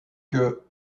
que